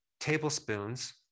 tablespoons